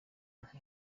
nti